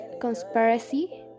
conspiracy